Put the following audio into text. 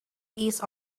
east